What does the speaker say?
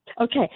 Okay